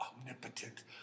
omnipotent